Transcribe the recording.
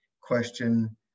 question